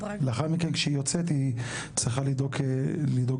לאחר מכן כשהיא יוצאת היא צריכה לדאוג לגורלה.